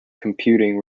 computing